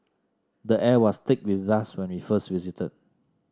the air was thick with dust when we first visited